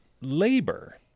labor